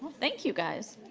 thank you guys.